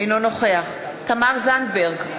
אינו נוכח תמר זנדברג,